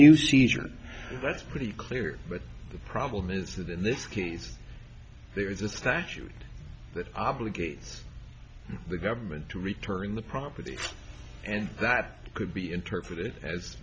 species that's pretty clear but the problem is that in this case there is a statute that obligates the government to return the property and that could be interpreted as